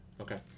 Okay